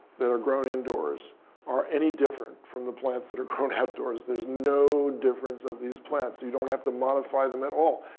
that are grown indoors are any different from the plants that are grown outdoors. there's no difference of these plants. you don't have to modify them at all.